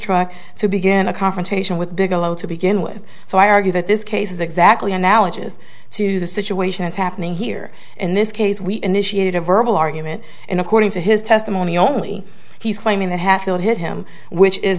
truck to begin a confrontation with bigelow to begin with so i argue that this case is exactly analogous to the situations happening here in this case we initiated a verbal argument and according to his testimony only he's claiming that hatfill hit him which is